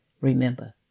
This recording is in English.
Remember